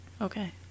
okay